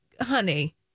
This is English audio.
honey